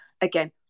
again